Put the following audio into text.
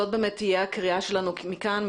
זאת תהיה הקריאה שלנו מכאן,